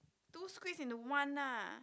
two squeeze into one lah